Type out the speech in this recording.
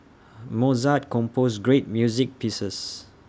Mozart composed great music pieces